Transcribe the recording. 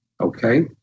okay